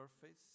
surface